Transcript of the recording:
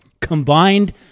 combined